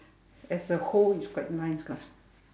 as a whole it's quite nice lah